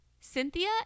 Cynthia